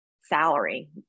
salary